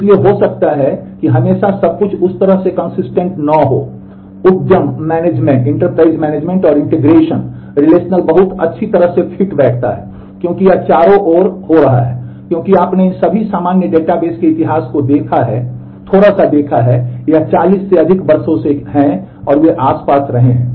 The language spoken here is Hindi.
इसलिए हो सकता है कि हमेशा सब कुछ उस तरह से कंसिस्टेंट बहुत अच्छी तरह से फिट बैठता है क्योंकि यह चारों ओर रहा है क्योंकि आपने इन सभी सामान्य डेटाबेस के इतिहास को थोड़ा सा देखा है यह 40 से अधिक वर्षों से है कि वे आसपास रहे हैं